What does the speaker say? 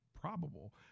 probable